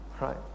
right